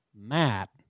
Matt